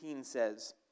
says